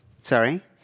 Sorry